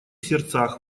сердцах